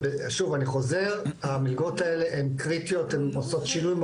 להם אין פה אח, והם לא מצליחים למצוא פה שום דבר.